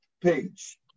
page